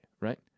right